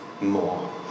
more